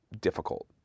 difficult